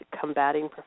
combating